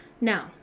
Now